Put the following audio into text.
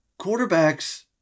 Quarterbacks